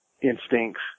instincts